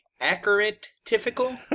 accurate-typical